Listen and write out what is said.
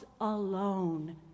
alone